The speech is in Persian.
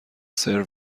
سرو